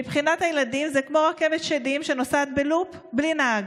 מבחינת הילדים זה כמו רכבת שדים שנוסעת בלופ ובלי נהג,